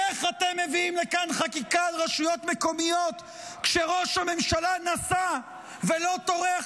איך אתם מביאים לכאן חקיקה על רשויות מקומיות כשראש הממשלה נסע ולא טורח